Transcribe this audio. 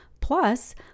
Plus